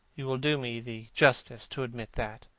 you will do me the justice to admit that.